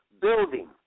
building